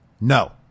No